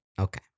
okay